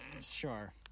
Sure